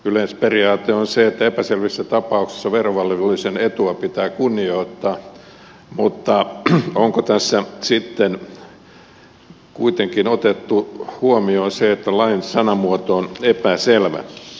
yleisperiaate on se että epäselvissä tapauksissa verovelvollisen etua pitää kunnioittaa mutta onko tässä sitten kuitenkin otettu huomioon se että lain sanamuoto on epäselvä